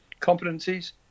competencies